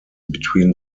between